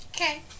Okay